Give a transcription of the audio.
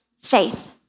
faith